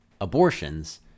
abortions